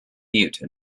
mute